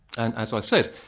and as i said,